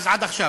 אז עד עכשיו.